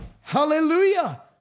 Hallelujah